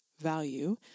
value